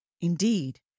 Indeed